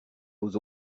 aux